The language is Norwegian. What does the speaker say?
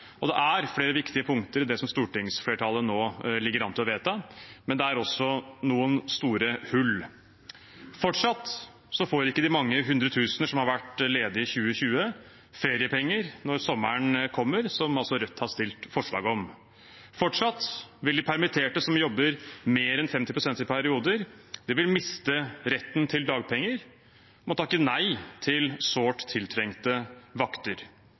sommeren. Det er flere viktige punkter i det som stortingsflertallet nå ligger an til å vedta, men det er også noen store hull. Fortsatt får ikke de mange hundre tusen som har vært ledige i 2020, feriepenger når sommeren kommer, noe Rødt har stilt forslag om. Fortsatt vil de permitterte som jobber mer enn 50 pst. i perioder, miste retten til dagpenger og må takke nei til sårt tiltrengte vakter.